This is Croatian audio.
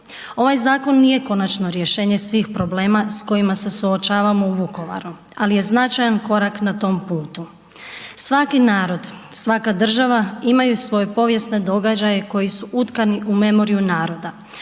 Ovaj zakon nije konačno rješenje svih problema s kojima se suočavamo u Vukovaru, ali je značajan korak na tom putu. Svaki narod, svaka država imaju svoje povijesne događaje koji su utkanu u memoriju naroda.